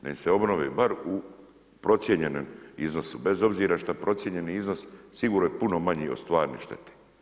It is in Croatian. Da im se obnovi, barem u procijenjenom iznosu, bez obzira što je procijenjeni iznos sigurno je puno manji od stvarne štete.